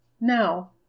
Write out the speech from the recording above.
Now